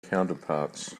counterparts